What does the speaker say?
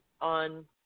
on